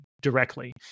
directly